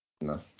no